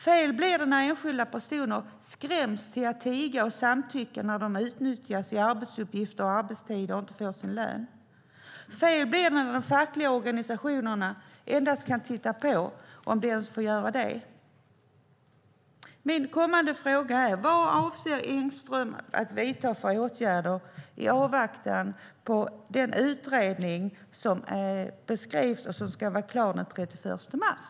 Fel blir det när enskilda personer skräms till att tiga och samtycka när de utnyttjas när det gäller arbetsuppgifter och arbetstider och inte får sin lön. Fel blir det när de fackliga organisationerna endast kan titta på, om de ens får göra det. Min fråga är: Vilka åtgärder avser Engström att vidta i avvaktan på den utredning som beskrivs och som ska vara klar den 31 mars?